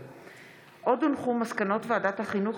עוד הונחו מסקנות ועדת החינוך,